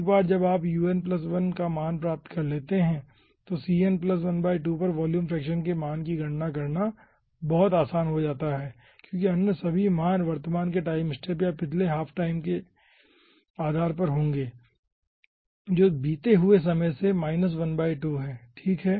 इसलिए एक बार जब आप un1 का मान प्राप्त कर लेते हैं तो cn12 पर वॉल्यूम फ्रैक्शन के मान की गणना करना बहुत आसान हो जाता है क्योंकि अन्य सभी मान वर्तमान के टाइम स्टैप या पिछले हाफ टाइम स्टैप के आधार पर होंगे जो बीते हुए समय से ½ है ठीक है